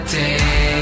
day